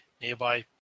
nearby